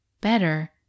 better